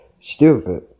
Stupid